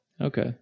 okay